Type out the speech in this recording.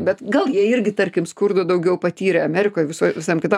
bet gal jie irgi tarkim skurdo daugiau patyrė amerikoj visoj visam kitam